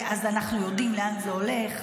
אנחנו יודעים לאן זה הולך,